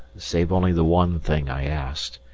save only the one thing i asked,